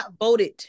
voted